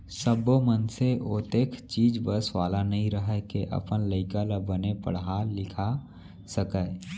सब्बो मनसे ओतेख चीज बस वाला नइ रहय के अपन लइका ल बने पड़हा लिखा सकय